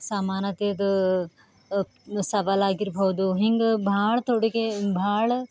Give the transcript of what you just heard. ಸಮಾನತೆದು ಸವಾಲಾಗಿರ್ಬೌದು ಹಿಂಗೆ ಭಾಳ ತೊಡುಗೆ ಭಾಳ